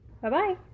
bye-bye